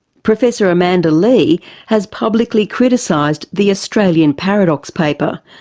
professor amanda lee has publicly criticised the australian paradox paper.